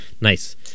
Nice